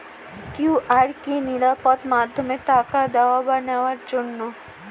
QR কি নিরাপদ মাধ্যম টাকা দেওয়া বা নেওয়ার জন্য?